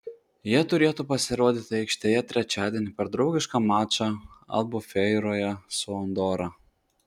jie turėtų pasirodyti aikštėje trečiadienį per draugišką mačą albufeiroje su andora